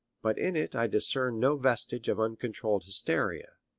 but in it i discern no vestige of uncontrolled hysteria.